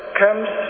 comes